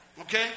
Okay